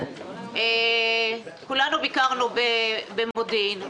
כולנו ביקרנו במודיעין.